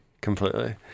completely